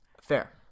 Fair